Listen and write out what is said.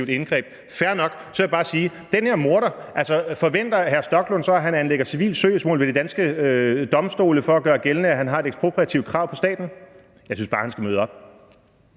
indgreb. Fair nok, så vil jeg bare spørge: Forventer hr. Rasmus Stoklund så, at den her morder anlægger civilt søgsmål ved de danske domstole for at gøre gældende, at han har et ekspropriativt krav på staten? Jeg synes bare, han skal møde op.